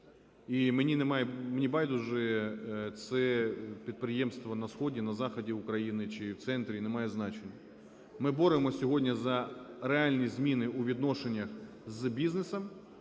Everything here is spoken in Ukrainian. І мені байдуже, це підприємство на сході, на заході України, чи в центрі – немає значення. Ми боремося сьогодні за реальні зміни у відношеннях з бізнесом,